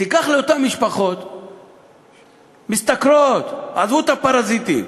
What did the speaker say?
תיקח לאותן משפחות משתכרות, עזבו את הפרזיטים,